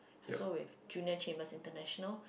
it's also with Junior-Chamber-International